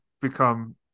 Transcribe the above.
become